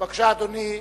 אדוני,